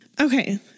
Okay